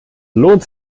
lohnt